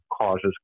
causes